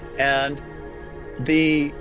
and the